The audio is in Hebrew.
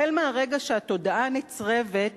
החל ברגע שהתודעה נצרבת,